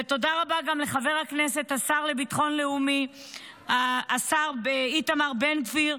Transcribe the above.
תודה רבה גם לחבר הכנסת והשר לביטחון לאומי השר איתמר בן גביר,